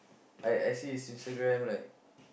I I see his Instagram like